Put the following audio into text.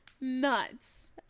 Nuts